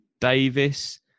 Davis